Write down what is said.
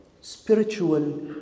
spiritual